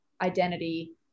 identity